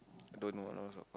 Don't know I don't know